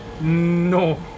No